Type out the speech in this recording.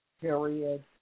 period